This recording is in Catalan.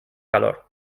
calor